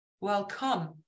Welcome